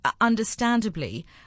understandably